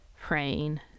praying